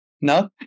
No